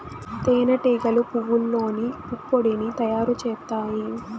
తేనె టీగలు పువ్వల్లోని పుప్పొడిని తయారు చేత్తాయి